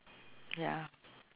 ya